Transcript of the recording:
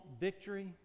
victory